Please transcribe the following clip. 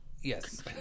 Yes